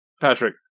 Patrick